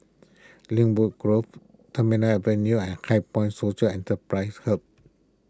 Lynwood Grove Terminal Avenue and HighPoint Social Enterprise Hub